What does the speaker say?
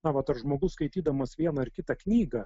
na vat ar žmogus skaitydamas vieną ar kitą knygą